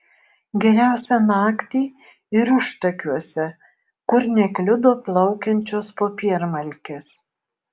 geriausia naktį ir užtakiuose kur nekliudo plaukiančios popiermalkės